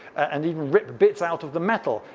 and even rip bits out of the metal.